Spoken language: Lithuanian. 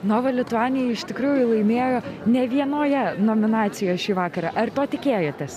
nova lituanija iš tikrųjų laimėjo ne vienoje nominacijoje šį vakarą ar to tikėjotės